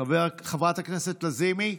חברת הכנסת לזימי,